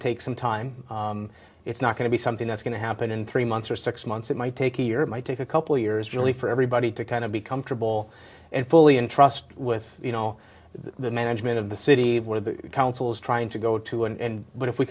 take some time it's not going to be something that's going to happen in three months or six months it might take a year it might take a couple years really for everybody to kind of be comfortable and fully in trust with you know the management of the city councils trying to go to and but if we